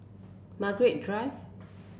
Margaret Drive